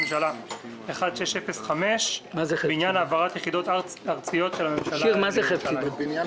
ו-1605 בעניין העברת יחידות ארציות של הממשלה לירושלים.